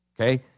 Okay